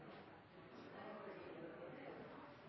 jeg er for